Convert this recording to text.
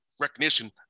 recognition